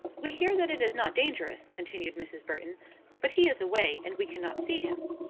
we hear that it is not dangerous, continued mrs. burton but he is away, and we cannot see him.